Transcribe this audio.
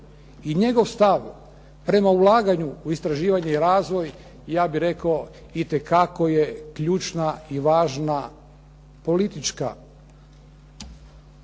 i njegov stav prema ulaganju u istraživanje i razvoj ja bih rekao itekako je ključna i važna politička